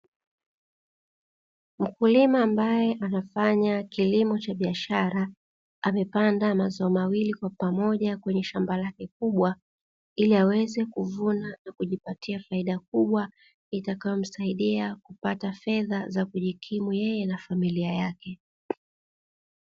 Mkulima ambaye anafanya kilimo cha biashara amepanda mazao mawili kwa pamoja, kwenye shamba lake kubwa ili aweze kuvuna na kujipatia faida kubwa itakayomsaidia kupata fedha za kujikimu yeye na familia yake.